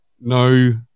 no